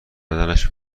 بدنش